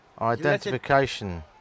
Identification